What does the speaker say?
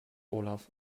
olaf